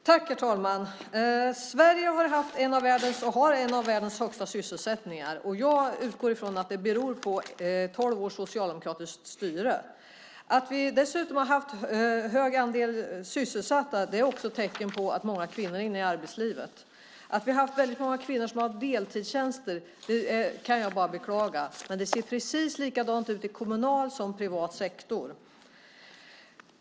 Herr talman! Sverige har haft och har en av världens högsta sysselsättningstal. Jag utgår från att det beror på tolv års socialdemokratiskt styre. Att vi dessutom haft hög andel sysselsatta är också ett tecken på att många kvinnor är inne i arbetslivet. Jag kan bara beklaga att vi har haft väldigt många kvinnor som har haft deltider. Men det ser precis likadant ut i kommunal som privat sektor.